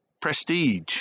prestige